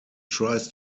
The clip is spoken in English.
tries